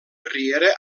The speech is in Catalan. riera